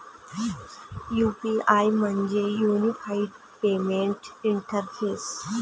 UPI म्हणजे unified payment interface